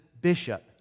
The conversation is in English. bishop